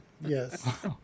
yes